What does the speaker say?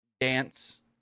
dance